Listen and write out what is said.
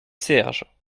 serge